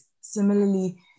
Similarly